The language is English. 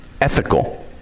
ethical